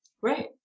Right